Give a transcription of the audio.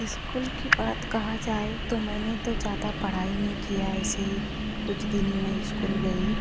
school की बात कहा जाए तो मैंने तो ज़्यादा पढ़ाई नहीं किया ऐसे ही कुछ दिन ही मैं इस्कुल गई